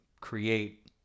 create